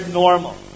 normal